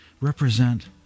represent